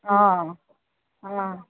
অ অ